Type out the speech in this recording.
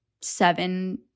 seven